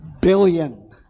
billion